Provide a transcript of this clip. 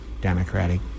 Democratic